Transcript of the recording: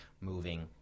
moving